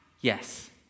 Yes